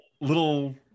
little